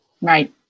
Right